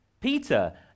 Peter